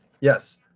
Yes